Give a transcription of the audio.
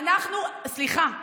סליחה.